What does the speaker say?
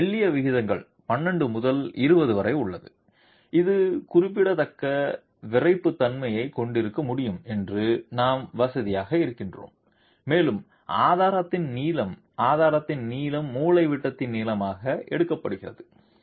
பின்னர் மெல்லிய விகிதங்கள் 12 முதல் 20 வரை உள்ளன இது குறிப்பிடத்தக்க விறைப்புத்தன்மையைக் கொடுக்க முடியும் என்று நாம் வசதியாக இருக்கிறோம் மேலும் ஆதாரத்தின் நீளம் ஆதாரத்தின் நீளம் மூலைவிட்டத்தின் நீளமாக எடுக்கப்படுகிறது